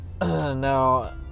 Now